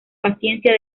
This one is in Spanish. paciencia